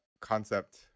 concept